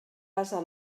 basa